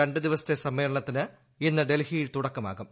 രണ്ട് ദിവസത്തെ സമ്മേളനത്തിന് ഇന്ന് ഡൽഹിയിൽ തുടക്കമാകും